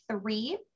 three